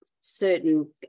certain